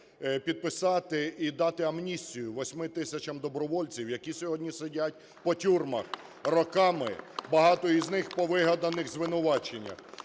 підписати і дати амністію 8 тисячам добровольців, які сьогодні сидять по тюрмах роками, багато із них – по вигаданих звинуваченнях.